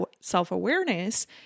self-awareness